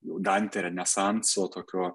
dantė renesanso tokio